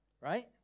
right